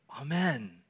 amen